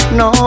no